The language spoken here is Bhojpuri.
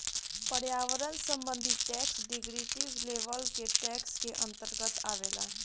पर्यावरण संबंधी टैक्स डिस्क्रिप्टिव लेवल के टैक्स के अंतर्गत आवेला